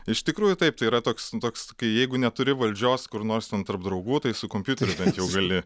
iš tikrųjų taip tai yra toks toks kai jeigu neturi valdžios kur nors ten tarp draugų tai su kompiuteriu bent jau gali